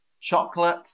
Chocolate